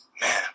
man